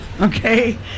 okay